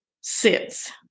sits